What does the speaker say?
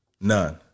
None